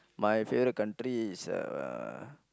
my favourite country is uh